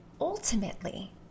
ultimately